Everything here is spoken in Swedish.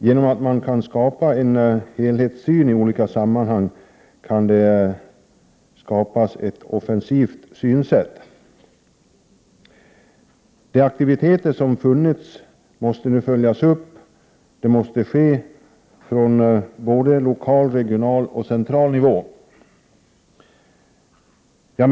Genom att skapa en helhetssyn i olika sammanhang kan man skapa ett offensivt synsätt. De aktiviteter som funnits måste nu följas upp. Det måste ske på lokal, regional och central nivå.